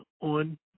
on